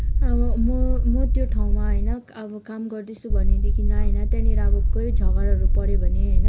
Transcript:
अब म म त्यो ठाँउमा होइन अब काम गर्दैछु भनेदेखिलाई त्याहाँनिर अब कोही झगडा पऱ्यो भने होइन